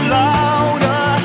louder